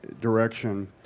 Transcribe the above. direction